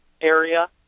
area